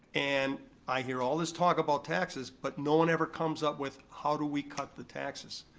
and i hear all this talk about taxes, but no one ever comes up with, how do we cut the taxes?